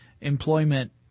employment